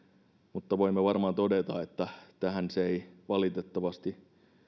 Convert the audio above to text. mutta voimme varmaan todeta että tähän se ei valitettavasti